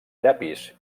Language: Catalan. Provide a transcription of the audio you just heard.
llapis